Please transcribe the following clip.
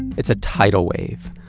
it's a tidal wave.